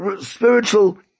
spiritual